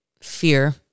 fear